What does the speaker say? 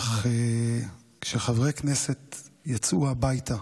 אך כשחברי כנסת יצאו הביתה